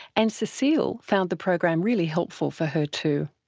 and cecile found the program really helpful for her too.